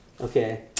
Okay